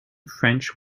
french